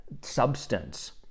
substance